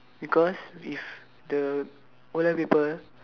because if the o-level paper